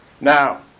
Now